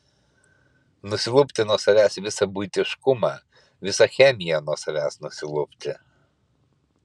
nusilupti nuo savęs visą buitiškumą visą chemiją nuo savęs nusilupti